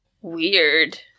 Weird